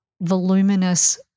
voluminous